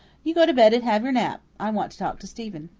you go to bed and have your nap. i want to talk to stephen.